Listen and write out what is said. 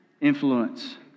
influence